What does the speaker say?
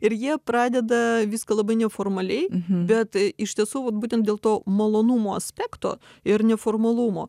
ir jie pradeda viską labai neformaliai bet iš tiesų būtent dėl to malonumo aspekto ir neformalumo